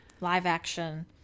live-action